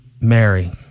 Mary